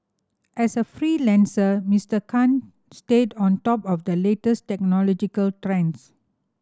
as a freelancer Mister Khan stayed on top of the latest technological trends